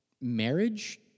marriage